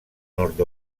nord